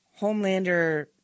Homelander